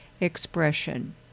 expression